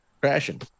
crashing